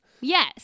Yes